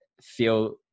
feel